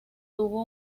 tuvo